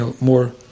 more